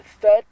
third